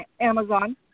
Amazon